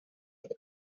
and